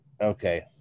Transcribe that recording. Okay